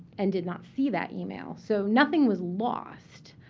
and did not see that email. so nothing was lost,